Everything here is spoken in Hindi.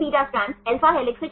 दूरी की गणना कैसे करें